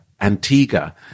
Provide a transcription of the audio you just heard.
Antigua